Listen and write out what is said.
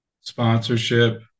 sponsorship